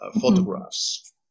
photographs